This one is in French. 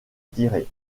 tirer